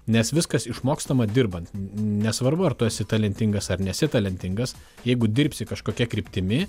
nes viskas išmokstama dirbant nesvarbu ar tu esi talentingas ar nesi talentingas jeigu dirbsi kažkokia kryptimi